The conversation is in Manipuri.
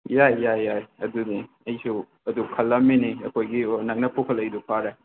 ꯌꯥꯏ ꯌꯥꯏ ꯌꯥꯏ ꯑꯗꯨꯅꯤ ꯑꯩꯁꯨ ꯑꯗꯨ ꯈꯜꯂꯝꯃꯤꯅꯤ ꯑꯩꯈꯣꯏꯒꯤ ꯅꯪꯅ ꯄꯨꯈꯠꯂꯛꯏꯗꯣ ꯐꯔꯦ